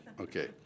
Okay